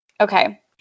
okay